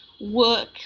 work